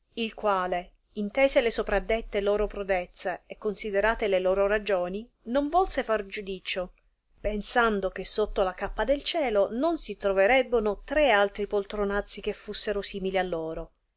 il quale intese le sopradette loro prodezze e considerate le loro ragioni non volse far giudicio pensando che sotto la cappa del cielo non si troverebbono tre altri poltronazzi che fussero simili a loro